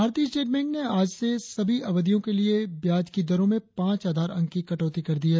भारतीय state bank ने आज से सभी अवधियों के लिए ब्याज की दरों में पांच आधार अंक की कटौती कर दी है